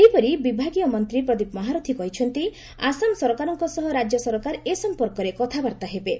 ସେହିପରି ବିଭାଗୀୟ ମନ୍ତୀ ପ୍ରଦୀପ ମହାରଥୀ କହିଛନ୍ତି ଆସାମ ସରକାରଙ୍କ ସହ ରାଜ୍ୟ ସରକାର ଏ ସମ୍ପର୍କରେ କଥାବାର୍ତ୍ତା ହେବେ